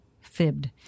fibbed